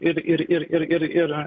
ir ir ir ir ir